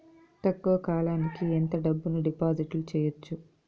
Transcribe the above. తక్కువ కాలానికి ఎంత డబ్బును డిపాజిట్లు చేయొచ్చు?